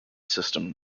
system